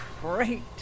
great